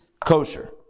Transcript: kosher